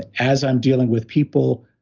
as i'm dealing with people,